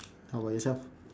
how about yourself